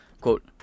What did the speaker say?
quote